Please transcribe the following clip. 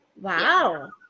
Wow